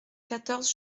quatorze